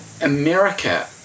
America